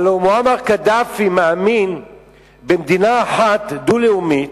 הלוא מועמר קדאפי מאמין במדינה אחת, דו-לאומית,